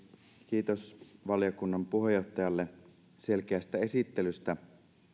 kiitos valiokunnan puheenjohtajalle selkeästä esittelystä